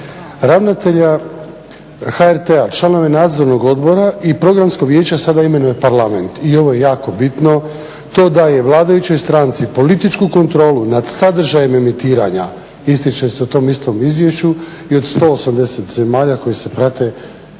Ravnatelja HRT-a, članovi nadzornog odbora i programskog vijeća sada imenuje Parlament i ovo je jako bitno, to da je vladajućoj stranci, političku kontrolu nad sadržajima emitiranja, ističe se u tom istom izvješću jer 180 zemalja koje se prate,